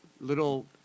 little